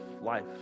life